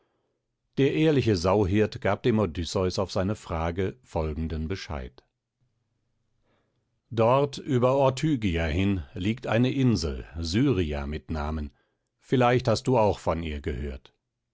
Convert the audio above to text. der ehrliche sauhirt gab dem odysseus auf seine frage folgenden bescheid dort über ortygia hin liegt eine insel syria mit namen vielleicht hast du auch von ihr gehört